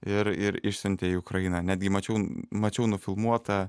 ir išsiuntė į ukrainą netgi mačiau mačiau nufilmuotą